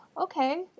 okay